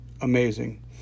amazing